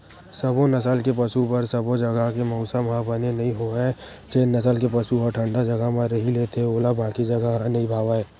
सबो नसल के पसु बर सबो जघा के मउसम ह बने नइ होवय जेन नसल के पसु ह ठंडा जघा म रही लेथे ओला बाकी जघा ह नइ भावय